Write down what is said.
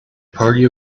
party